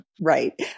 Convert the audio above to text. Right